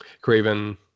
Craven